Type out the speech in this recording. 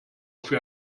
für